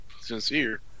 sincere